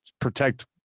protect